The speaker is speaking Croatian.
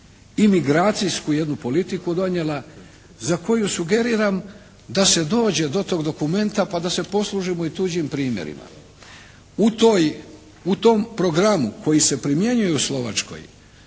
imigracijsku jednu politiku donijela za koju sugeriram da se dođe do tog dokumenta pa da se poslužimo i tuđim primjerima. U toj, u tom programu koji se primjenjuje u Slovačkoj